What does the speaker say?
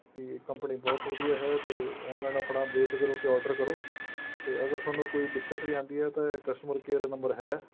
ਕਿ ਕੰਪਨੀ ਬਹੁਤ ਵਧੀਆ ਹੈ ਅਤੇ ਔਨਲਾਈਨ ਆਪਣਾ ਬੇਫਿਕਰ ਹੋ ਕੇ ਔਡਰ ਕਰੋ ਅਤੇ ਅਗਰ ਤੁਹਾਨੂੰ ਕੋਈ ਦਿੱਕਤ ਵੀ ਆਉਂਦੀ ਹੈ ਤਾਂ ਇਹ ਕਸਟਮਰ ਕੇਅਰ ਨੰਬਰ ਹੈ